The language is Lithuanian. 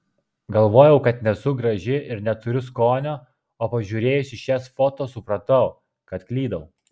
galvojau kad nesu graži ir neturiu skonio o pažiūrėjusi šias foto supratau kad klydau